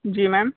जी ma'am